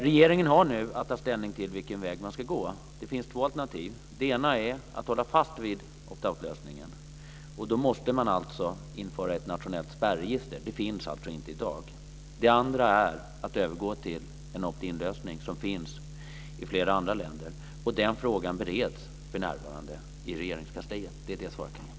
Regeringen har nu att ta ställning till vilken väg man ska gå. Det finns två alternativ. Det ena är att hålla fast vid opt out-lösningen. Då måste man införa ett nationellt spärregister. Det finns alltså inte i dag. Det andra är att övergå till en opt in-lösning som finns i flera andra länder. Den frågan bereds för närvarande i Regeringskansliet. Det är det svar jag kan ge.